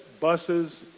buses